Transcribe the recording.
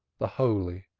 the holy,